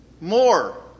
more